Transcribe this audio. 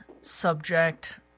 subject